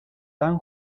tan